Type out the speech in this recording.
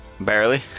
Barely